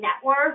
network